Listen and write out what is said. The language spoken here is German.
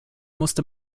musste